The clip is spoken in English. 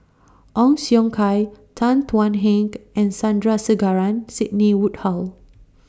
Ong Siong Kai Tan Thuan Heng and Sandrasegaran Sidney Woodhull